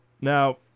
Now